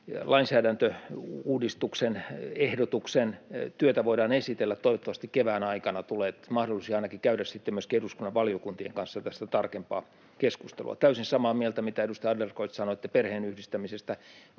lainsäädäntöuudistuksen ehdotuksen työtä voidaan esitellä. Toivottavasti kevään aikana tulee mahdollisuus käydä ainakin eduskunnan valiokuntien kanssa tästä tarkempaa keskustelua. Täysin samaa mieltä, edustaja Adlercreutz, mitä sanoitte perheenyhdistämisestä.